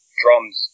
drums